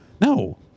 No